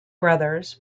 brothers